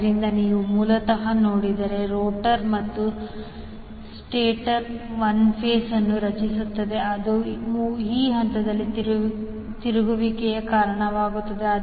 ಆದ್ದರಿಂದ ನೀವು ಮೂಲತಃ ನೋಡಿದರೆ ರೋಟರ್ ಮತ್ತು ಸ್ಟೇಟರ್ 1 ಫ್ಲಕ್ಸ್ ಅನ್ನು ರಚಿಸುತ್ತದೆ ಅದು ಈ ಹಂತಗಳ ತಿರುಗುವಿಕೆಗೆ ಕಾರಣವಾಗುತ್ತದೆ